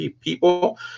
people